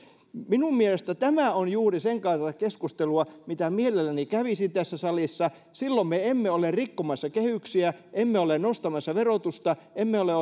tämä on juuri sen kaltaista keskustelua mitä mielelläni kävisin tässä salissa silloin me emme ole rikkomassa kehyksiä emme ole nostamassa verotusta emme ole